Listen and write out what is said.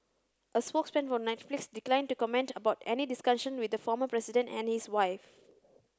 a spokesman for Netflix declined to comment about any discussions with the former president and his wife